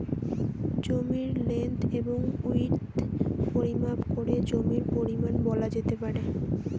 জমির লেন্থ এবং উইড্থ পরিমাপ করে জমির পরিমান বলা যেতে পারে